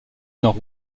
nord